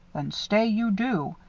then stay you do.